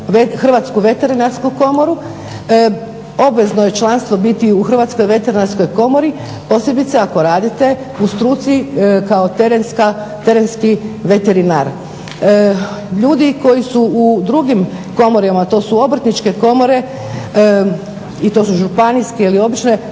Hrvatsku veterinarsku komoru, obvezno je članstvo biti u Hrvatskoj veterinarskoj komori posebice ako radite u struci kao terenski veterinar. Ljudi koji su u drugim komorama, to su obrtničke komore i to su županijske ili obične, oni